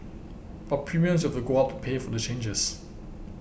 but premiums will have to go up to pay for the changes